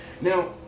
Now